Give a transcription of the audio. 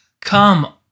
come